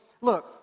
Look